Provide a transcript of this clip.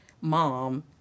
mom